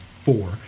Four